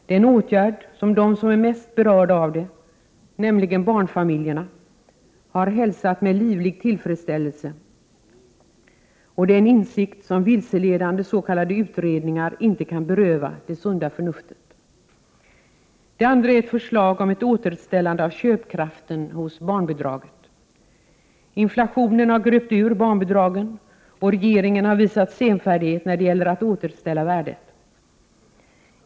Det är en åtgärd som de som är mest berörda, nämligen barnfamiljerna, har hälsat med livlig tillfredsställelse. Det är också en insikt som vilseledande s.k. utredningar inte kan beröva det sunda förnuftet. För det andra har vi ett förslag om ett återställande av köpkraften hos barnbidraget. Inflationen har gröpt ur barnbidragen, och regeringen har visat senfärdighet när det gäller att återställa värdet.